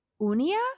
unia